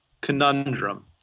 conundrum